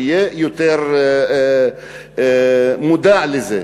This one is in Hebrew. שיהיה יותר מודע לזה.